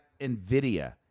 NVIDIA